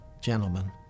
gentlemen